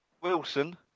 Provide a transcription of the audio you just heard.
Wilson